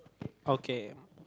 okay